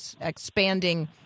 expanding